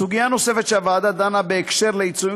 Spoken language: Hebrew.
סוגיה נוספת שהוועדה דנה בה בהקשר של עיצומים